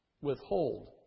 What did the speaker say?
withhold